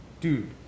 dude